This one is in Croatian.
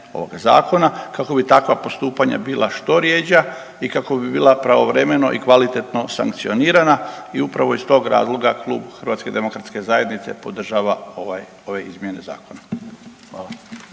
ovog zakona kako bi takva postupanja bila što rjeđa i kako bi bila pravovremeno i kvalitetno sankcionirana i upravo iz tog razloga Klub HDZ-a podržava ovaj, ove izmjene zakona. Hvala.